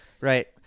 Right